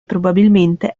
probabilmente